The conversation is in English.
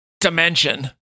dimension